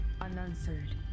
unanswered